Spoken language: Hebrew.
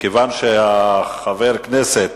חבר הכנסת